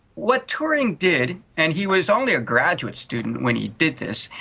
what turing did, and he was only a graduate student when he did this,